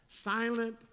Silent